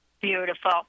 Beautiful